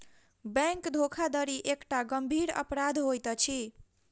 bank धोखाधड़ी एकटा गंभीर अपराध होइत अछि